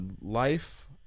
Life